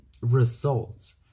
results